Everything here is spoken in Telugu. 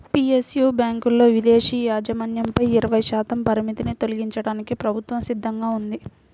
పి.ఎస్.యు బ్యాంకులలో విదేశీ యాజమాన్యంపై ఇరవై శాతం పరిమితిని తొలగించడానికి ప్రభుత్వం సిద్ధంగా ఉంది